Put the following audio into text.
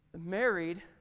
married